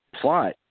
plot